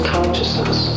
Consciousness